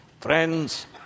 Friends